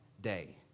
day